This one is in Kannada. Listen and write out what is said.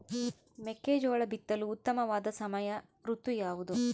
ಮೆಕ್ಕೆಜೋಳ ಬಿತ್ತಲು ಉತ್ತಮವಾದ ಸಮಯ ಋತು ಯಾವುದು?